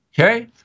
Okay